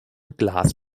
glas